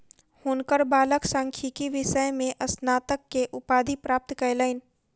हुनकर बालक सांख्यिकी विषय में स्नातक के उपाधि प्राप्त कयलैन